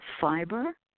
Fiber